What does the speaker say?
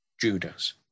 Judas